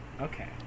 Okay